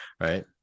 Right